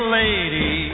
lady